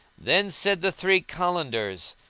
then said the three kalandars,